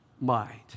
mind